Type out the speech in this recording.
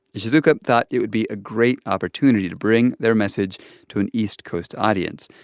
ishizuka thought it would be a great opportunity to bring their message to an east coast audience.